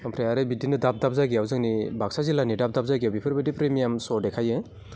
ओमफ्राय आरो बिदिनो दाब दाब जायगायाव जोंनि बाक्सा जिल्लानि दाब दाब जायगायाव बिफोरबादि फ्रिमियाम स देखायो